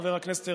חבר הכנסת הרצנו,